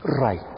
Right